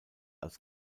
als